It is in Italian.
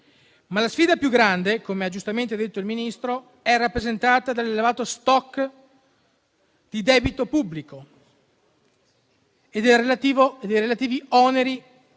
Ma la sfida più grande - come ha giustamente detto il Ministro - è rappresentata dall'elevato *stock* di debito pubblico e dai relativi oneri